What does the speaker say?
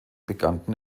bekannten